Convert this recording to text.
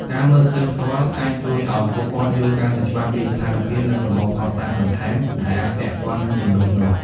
ការមើលឃើញផ្ទាល់អាចជួយឲ្យពួកគាត់យល់កាន់តែច្បាស់ពីស្ថានភាព និងប្រមូលភស្តុតាងបន្ថែមដែលអាចពាក់ព័ន្ធនឹងជម្លោះនោះ។